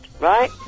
Right